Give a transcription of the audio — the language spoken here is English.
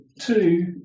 two